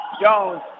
Jones